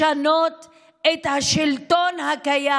לשנות את השלטון הקיים,